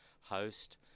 host